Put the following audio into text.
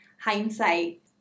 hindsight